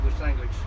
language